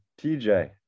TJ